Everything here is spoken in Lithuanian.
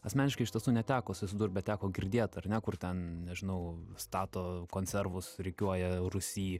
asmeniškai iš tiesų neteko susidurt neteko girdėt ar ne kur ten nežinau stato konservus rikiuoja rūsy